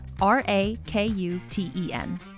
R-A-K-U-T-E-N